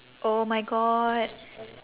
oh my god